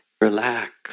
Relax